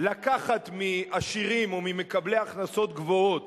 לקחת מעשירים או ממקבלי הכנסות גבוהות